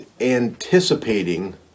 anticipating